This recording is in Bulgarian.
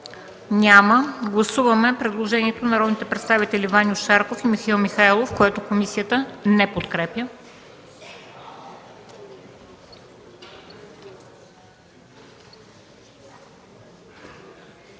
Няма. Гласуваме предложението на народните представители Ваньо Шарков и Михаил Михайлов, което комисията не подкрепя.